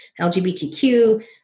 LGBTQ